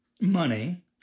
money